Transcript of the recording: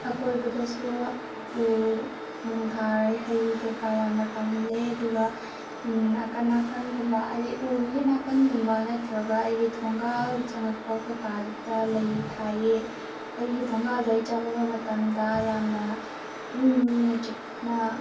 ꯑꯀꯣꯏꯕꯗꯁꯨ ꯎ ꯅꯨꯡ ꯊꯥꯔꯦ ꯍꯩ ꯀꯩꯀ ꯌꯥꯝꯅ ꯄꯥꯟꯍꯜꯂꯦ ꯑꯗꯨꯒ ꯅꯀꯥꯟ ꯅꯀꯥꯟꯉꯨꯝꯕ ꯍꯥꯏꯗꯤ ꯎꯗꯨꯒꯤ ꯅꯀꯥꯟꯉꯨꯝꯕ ꯅꯠꯇ꯭ꯔꯥꯒ ꯑꯩꯒꯤ ꯊꯣꯡꯒꯥꯜ ꯆꯪꯉꯛꯄ ꯀꯩꯀꯥꯗꯨꯗ ꯑꯩꯒꯤ ꯂꯩ ꯊꯥꯏꯌꯦ ꯑꯩꯒꯤ ꯊꯣꯡꯒꯥꯜꯗꯣ ꯍꯦꯛ ꯆꯪꯉꯛꯄ ꯃꯇꯝꯗ ꯌꯥꯝꯅ ꯏꯪꯅ ꯆꯤꯛꯅ